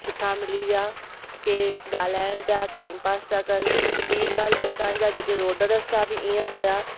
सुठा मिली विया की ॻाल्हाइणु पिया टाइम पास पिया कनि ॿी ॻाल्हि हुतां जा जेके रोड रस्ता बि ईअं हुआ